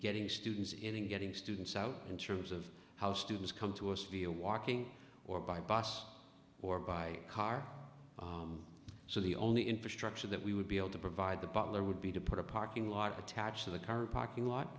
getting students in and getting students out in terms of how students come to us via walking or by bus or by car so the only infrastructure that we would be able to provide the butler would be to put a parking lot attached to the car parking lot